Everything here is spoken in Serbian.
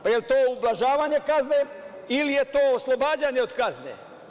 Da li je to ublažavanje kazne ili je to oslobađanje od kazne?